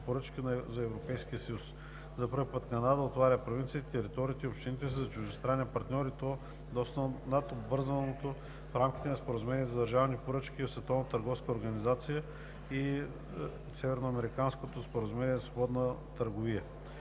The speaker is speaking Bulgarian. поръчки за Европейския съюз. За първи път Канада отваря провинциите, териториите и общините си за чуждестранен партньор, и то доста над обвързаното в рамките на Споразумението за държавни поръчки в Световната